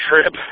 trip